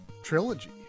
Trilogy